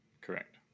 Correct